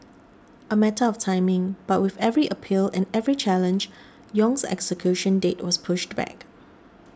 a matter of timing but with every appeal and every challenge Yong's execution date was pushed back